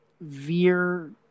Veer